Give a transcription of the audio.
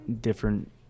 different